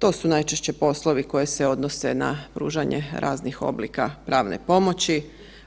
To su najčešće poslovi koji se odnose na pružanje raznih oblika pravne pomoći,